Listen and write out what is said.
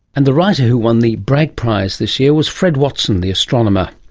and the writer who won the bragg prize this year was fred watson the astronomer.